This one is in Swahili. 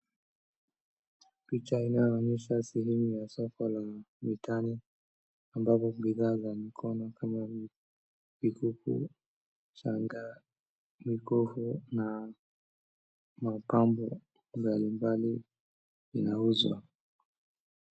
Picha inayoonyesha sehemu ya soko la mitaani ambapo bidhaa za mikono kama mik, mikufu, shanga, mikufu na mapambo mbali mbali inauzwa.